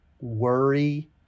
worry